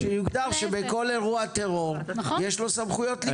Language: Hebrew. יכול להיות שיוגדר שבכל אירוע טרור יש לו סמכויות לקבוע בזמן אמת.